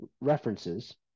references